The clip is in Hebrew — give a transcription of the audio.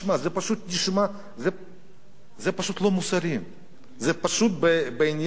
זה פשוט לא מוסרי, זה פשוט בעניין של מוסר,